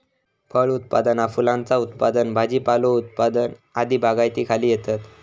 फळ उत्पादना फुलांचा उत्पादन भाजीपालो उत्पादन आदी बागायतीखाली येतत